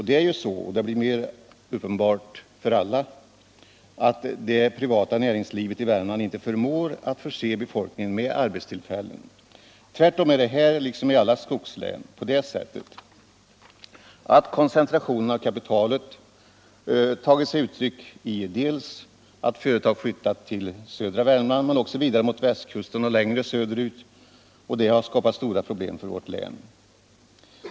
Det är ju så — det blir och mer uppenbart för alla — att det privata näringslivet i Värmland inte förmår förse befolkningen med arbetstillfällen. Tvärtom är det här liksom i alla skogslän på det sättet att koncentrationen av kapitalet tagit sig uttryck i att företag flyttat till södra Värmland men också vidare mot västkusten och längre söderut, och det har skapat stora problem för vårt län.